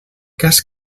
cas